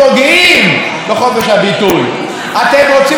אתם רוצים לפגוע בבית המשפט העליון,